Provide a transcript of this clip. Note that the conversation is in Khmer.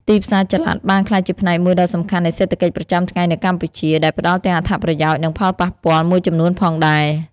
ទីផ្សារចល័តបានក្លាយជាផ្នែកមួយដ៏សំខាន់នៃសេដ្ឋកិច្ចប្រចាំថ្ងៃនៅកម្ពុជា ដែលផ្តល់ទាំងអត្ថប្រយោជន៍ និងផលប៉ះពាល់មួយចំនួនផងដែរ។